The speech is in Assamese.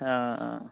অ অ